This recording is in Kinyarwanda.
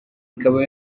ikaba